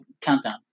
Countdown